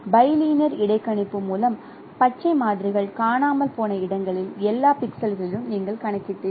bilinear இடைக்கணிப்பு மூலம் பச்சை மாதிரிகள் காணாமல் போன இடங்களில் எல்லா பிக்சல்களும் நீங்கள் கணக்கிட்டுள்ளீர்கள்